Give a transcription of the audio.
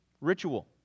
ritual